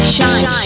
Shine